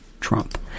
Trump